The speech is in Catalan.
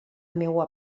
meua